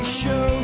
show